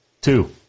Two